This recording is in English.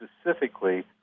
specifically